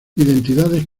identidades